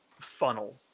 funnel